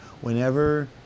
whenever